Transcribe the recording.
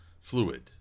fluid